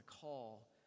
call